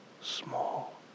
Small